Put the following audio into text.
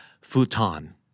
futon